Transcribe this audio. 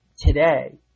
today